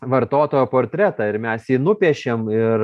vartotojo portretą ir mes jį nupiešėm ir